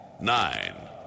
nine